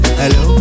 hello